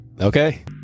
Okay